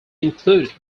included